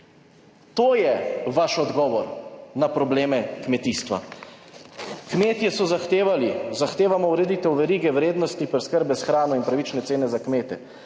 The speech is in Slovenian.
To je vaš odgovor na probleme kmetijstva. Kmetje so zahtevali, zahtevamo ureditev verige vrednosti preskrbe s hrano in pravične cene za kmete,